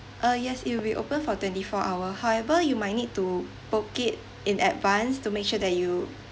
uh yes it will be open for twenty four hour however you might need to book it in advance to make sure that you